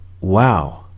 wow